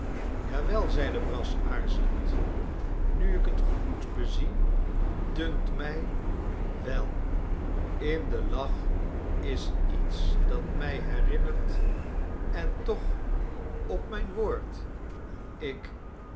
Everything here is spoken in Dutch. ja wel zeide brass aarzelend nu ik het goed bezie dunkt mij wel in den lach is iets dat mij herinnert en toch op mijn woord ik